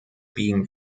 being